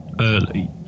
early